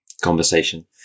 conversation